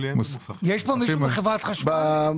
סליחה,